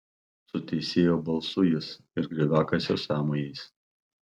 su teisėjo balsu jis ir grioviakasio sąmojais